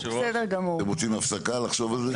אתם רוצים הפסקה לחשוב על זה?